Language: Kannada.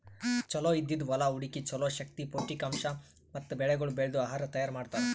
ಚಲೋ ಇದ್ದಿದ್ ಹೊಲಾ ಹುಡುಕಿ ಚಲೋ ಶಕ್ತಿ, ಪೌಷ್ಠಿಕಾಂಶ ಮತ್ತ ಬೆಳಿಗೊಳ್ ಬೆಳ್ದು ಆಹಾರ ತೈಯಾರ್ ಮಾಡ್ತಾರ್